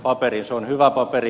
se on hyvä paperi